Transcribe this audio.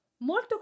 Molto